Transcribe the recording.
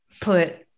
put